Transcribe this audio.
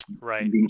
Right